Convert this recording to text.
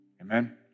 Amen